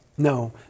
No